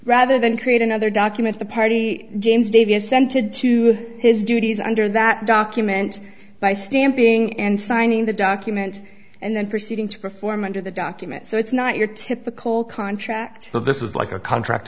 rather than create another document the party james davy assented to his duties under that document by stamping and signing the document and then proceeding to perform under the document so it's not your typical contract but this is like a contract